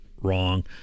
wrong